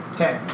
Okay